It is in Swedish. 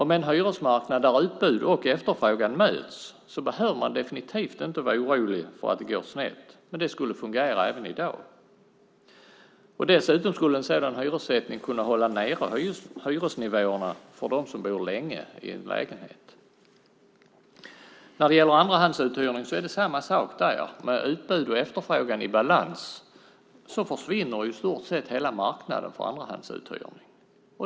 Med en hyresmarknad där utbud och efterfrågan möts behöver man definitivt inte vara orolig för att det går snett, men det skulle fungera även i dag. Dessutom skulle en sådan hyressättning kunna hålla nere hyresnivåerna för dem som bor länge i en lägenhet. Det är samma sak med andrahandsuthyrningar. Med utbud och efterfrågan i balans försvinner i stort sett hela marknaden för andrahandsuthyrning.